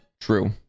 True